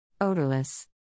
Odorless